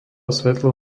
svetlo